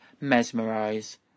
Mesmerize